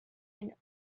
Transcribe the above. and